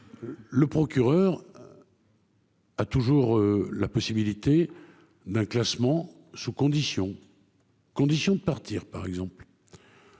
Le procureur. Ah toujours la possibilité d'un classement sous condition. Conditions de partir par exemple.